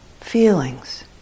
feelings